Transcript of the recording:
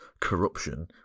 corruption